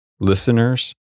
listeners